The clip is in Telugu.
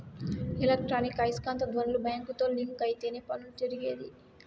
ఎలక్ట్రానిక్ ఐస్కాంత ధ్వనులు బ్యాంకుతో లింక్ అయితేనే పనులు జరిగేది